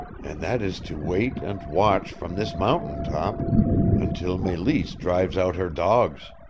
and that is to wait and watch from this mountain top until meleese drives out her dogs.